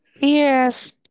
Yes